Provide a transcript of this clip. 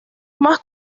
más